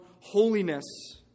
holiness